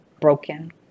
broken